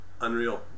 Unreal